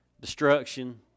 destruction